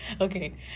okay